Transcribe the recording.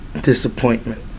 disappointment